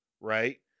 right